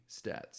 stats